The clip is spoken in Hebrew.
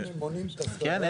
יש